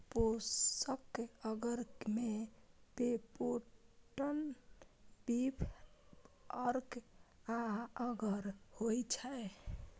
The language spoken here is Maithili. पोषक अगर मे पेप्टोन, बीफ अर्क आ अगर होइ छै